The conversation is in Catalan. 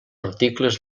articles